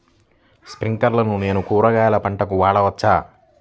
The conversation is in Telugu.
స్ప్రింక్లర్లను నేను కూరగాయల పంటలకు వాడవచ్చా?